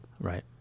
Right